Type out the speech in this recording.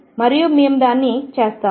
మరియు మేము దానిని చేస్తాము